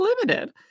limited